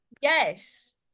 Yes